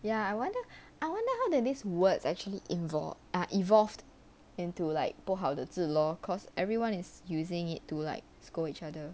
ya I wonder I wonder how did these words actually involved are evolved into like 不好的至 lor cause everyone is using it to like scold each other